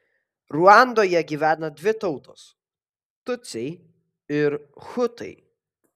ruandoje gyvena dvi tautos tutsiai ir hutai